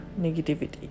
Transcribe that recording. negativity